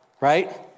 right